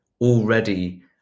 already